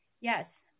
yes